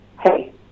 hey